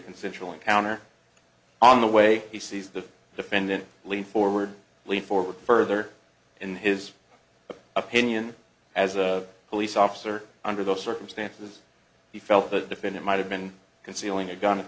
consensual encounter on the way he sees the defendant lean forward lean forward further in his opinion as a police officer under those circumstances he felt the defendant might have been concealing a